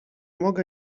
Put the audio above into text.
mogę